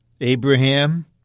Abraham